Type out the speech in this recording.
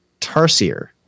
tarsier